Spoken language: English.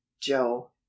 joe